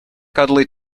cuddly